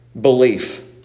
belief